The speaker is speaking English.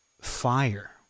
fire